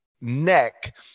neck